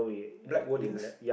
black wordings